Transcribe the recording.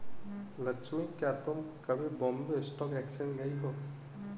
लक्ष्मी, क्या तुम कभी बॉम्बे स्टॉक एक्सचेंज गई हो?